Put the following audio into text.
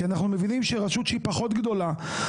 כי אנחנו מבינים שרשות שהיא פחות גדולה,